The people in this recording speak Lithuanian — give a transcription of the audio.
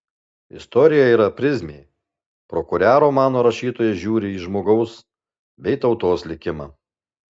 istorija yra prizmė pro kurią romano rašytojas žiūri į žmogaus bei tautos likimą